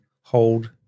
hold